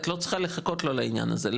את לא צריכה לחכות לו לעניין הזה.